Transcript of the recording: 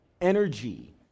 energy